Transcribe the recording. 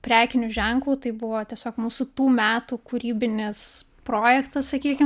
prekiniu ženklu tai buvo tiesiog mūsų tų metų kūrybinis projektas sakykim